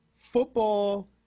Football